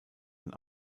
ein